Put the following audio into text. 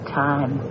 time